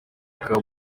bakaba